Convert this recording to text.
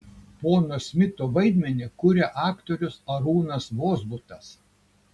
pono smito vaidmenį kuria aktorius arūnas vozbutas